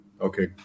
Okay